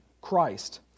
Christ